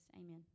Amen